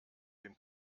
dem